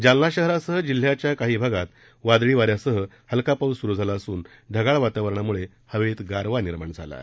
जालना शहरासह जिल्ह्याच्या काही भागात वादळी वाऱ्यासह हलका पाऊस सुरू झाला असून ढगाळ वातावरणामुळे हवेत गारवा निर्माण झाला आहे